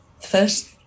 First